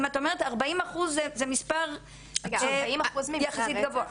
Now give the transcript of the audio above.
40 אחוז זה מספר יחסית גבוה.